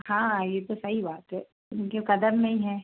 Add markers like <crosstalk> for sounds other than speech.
हाँ आइए तो सही बात तो <unintelligible> उनके कदम में ही है